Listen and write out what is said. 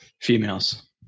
Females